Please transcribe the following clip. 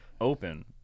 open